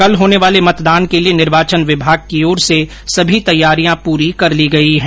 कल होने वाले मतदान के लिए निर्वाचन विभाग की ओर से सभी तैयारियां पूरी कर ली गई हैं